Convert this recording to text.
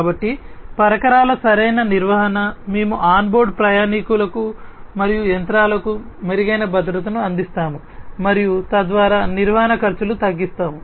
కాబట్టి పరికరాల సరైన నిర్వహణ మేము ఆన్బోర్డ్ ప్రయాణీకులకు మరియు యంత్రాలకు మెరుగైన భద్రతను అందిస్తాము మరియు తద్వారా నిర్వహణ ఖర్చులను తగ్గిస్తాము